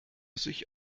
sich